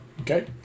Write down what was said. Okay